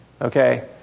Okay